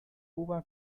cuba